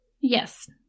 Yes